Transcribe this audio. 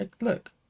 look